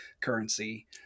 currency